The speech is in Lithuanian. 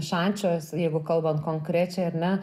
šančiuos jeigu kalbant konkrečiai ar ne